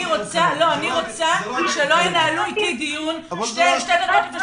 אני רוצה שלא ינהלו איתי דיון שתי דקות לפני